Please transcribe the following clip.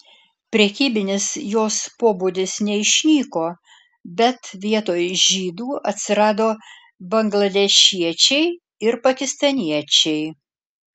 prekybinis jos pobūdis neišnyko bet vietoj žydų atsirado bangladešiečiai ir pakistaniečiai